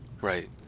Right